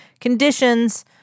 conditions